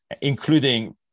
including